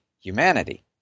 humanity